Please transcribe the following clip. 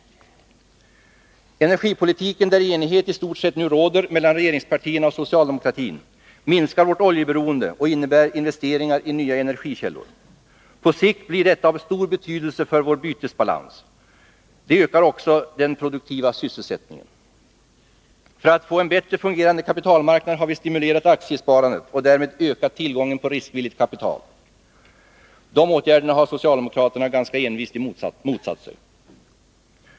Energipolitiken, där i stort sett enighet nu råder mellan regeringspartierna och socialdemokratin, minskar vårt oljeberoende och innebär investeringar i nya energikällor. På sikt blir detta av stor betydelse för vår bytesbalans. Det ökar också den produktiva sysselsättningen. För att få en bättre fungerande kapitalmarknad har vi stimulerat aktiesparandet och därmed ökat tillgången på riskvilligt kapital. Dessa åtgärder har socialdemokraterna ganska envist motsatt sig.